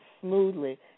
smoothly